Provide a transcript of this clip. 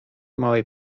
małej